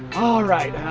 all right,